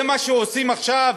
זה מה שעושים עכשיו?